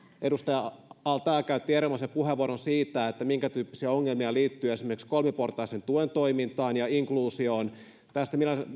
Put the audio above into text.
edustaja al taee käytti erinomaisen puheenvuoron siitä minkätyyppisiä ongelmia liittyy esimerkiksi kolmiportaisen tuen toimintaan ja inkluusioon tästä